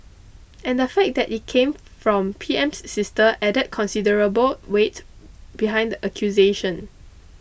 and the fact that it came from PM's sister added considerable weight behind the accusation